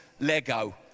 Lego